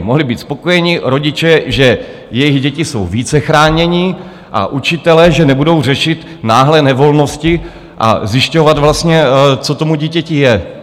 Mohli být spokojeni rodiče, že jejich děti jsou více chráněny, a učitelé, že nebudou řešit náhlé nevolnosti a zjišťovat vlastně, co tomu dítěti je.